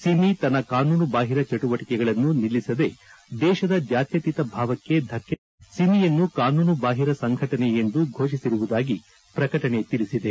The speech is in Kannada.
ಸಿಮಿ ತನ್ನ ಕಾನೂನುಬಾಹಿರ ಚಟುವಟಕೆಗಳನ್ನು ನಿಲ್ಲಿಸದೇ ದೇತದ ಜಾತ್ವತೀತ ಭಾವಕ್ಕೆ ಧಕ್ಕೆ ತರುತ್ತಿದ್ದು ಸಿಮಿಯನ್ನು ಕಾನೂನುಬಾಹಿರ ಸಂಘಟನೆ ಎಂದು ಘೋಷಿಸಿರುವುದಾಗಿ ಪ್ರಕಟಣೆ ತಿಳಿಸಿದೆ